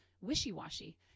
wishy-washy